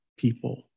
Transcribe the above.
people